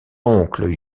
oncle